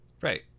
Right